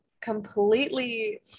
completely